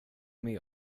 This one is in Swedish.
med